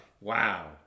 Wow